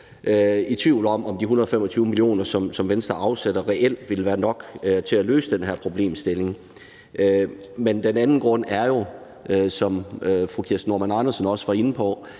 i tvivl om, om de 125 mio. kr., som Venstre afsætter, reelt vil være nok til at løse den her problemstilling. Den anden grund til bekymring, som fru Kirsten Normann Andersen også var inde på,